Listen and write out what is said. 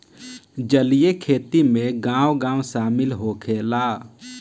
जलीय खेती में गाँव गाँव शामिल होखेला